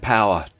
Power